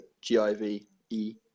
G-I-V-E